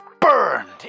burned